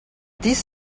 this